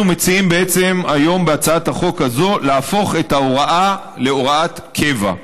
אנחנו מציעים היום בהצעת החוק הזו להפוך את ההוראה להוראת קבע.